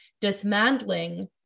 dismantling